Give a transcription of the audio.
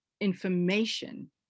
information